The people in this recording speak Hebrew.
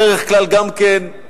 בדרך כלל גם מיושן,